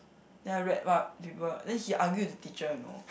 then I read what people then he argue with the teacher you know